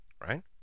right